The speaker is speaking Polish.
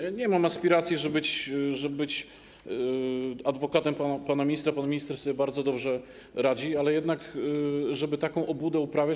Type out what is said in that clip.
Ja nie mam aspiracji, żeby być adwokatem pana ministra, pan minister sobie bardzo dobrze radzi, ale jednak żeby taką obłudę uprawiać.